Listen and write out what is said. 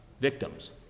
victims